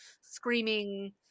screaming